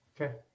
Okay